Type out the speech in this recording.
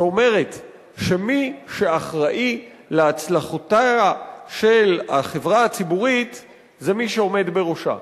שאומרת שמי שאחראי להצלחותיה של החברה הציבורית זה מי שעומד בראשה.